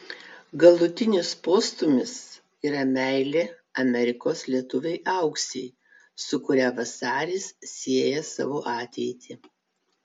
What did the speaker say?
galutinis postūmis yra meilė amerikos lietuvei auksei su kuria vasaris sieja savo ateitį